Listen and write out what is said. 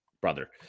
brother